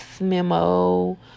memo